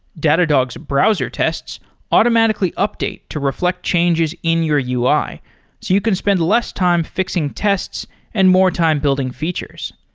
datadog's browser tests automatically update to refl ect changes in your ui so you can spend less time fi xing tests and more time building features.